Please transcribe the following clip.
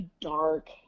dark